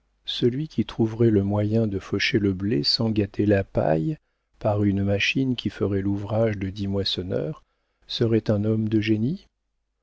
celui qui trouverait le moyen de faucher le blé sans gâter la paille par une machine qui ferait l'ouvrage de dix moissonneurs serait un homme de génie